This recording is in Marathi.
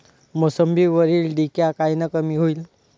मोसंबीवरील डिक्या कायनं कमी होईल?